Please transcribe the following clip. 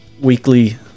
weekly